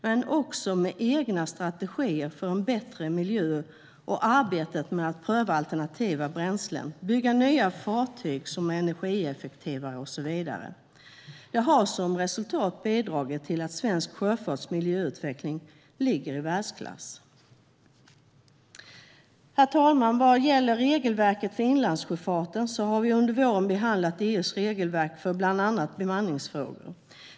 Den bidrar också med egna strategier för en bättre miljö och i arbetet med att pröva alternativa bränslen, bygga nya fartyg som är energieffektivare och så vidare. Det har som resultat bidragit till att svensk sjöfarts miljöutveckling är i världsklass. Herr talman! Vad gäller regelverket för inlandssjöfarten har vi under våren behandlat EU:s regelverk för bland annat bemanningsfrågor.